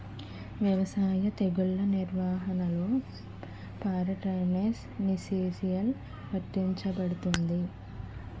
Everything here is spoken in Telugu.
వ్యవసాయ తెగుళ్ల నిర్వహణలో పారాట్రాన్స్జెనిసిస్ఎ లా వర్తించబడుతుంది?